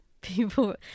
people